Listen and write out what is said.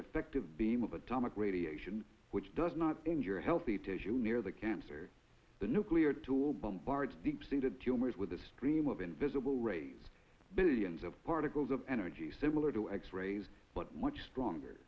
effective beam of atomic radiation which does not injure a healthy tissue near the cancer the nuclear tool bombards deep seeded tumors with a stream of invisible raise billions of particles of energy similar to x rays but much stronger